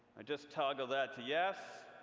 i just toggle that to yes.